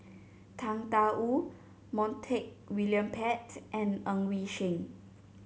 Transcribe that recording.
Tang Da Wu Montague William Pett and Ng Yi Sheng